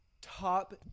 top